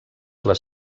les